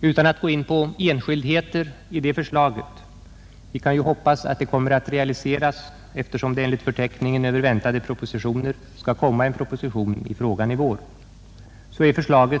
Utan att gå in på enskildheter i detta förslag — vi kan ju hoppas att det kommer att realiseras, eftersom det enligt förteckningen över väntade propositioner skall framläggas en proposition i frågan i vår — vill jag emellertid framhålla att